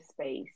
space